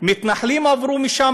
מתנחלים עברו שם,